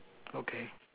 okay